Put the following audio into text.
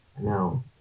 No